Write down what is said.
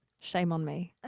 shame on me.